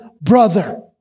brother